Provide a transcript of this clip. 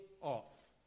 off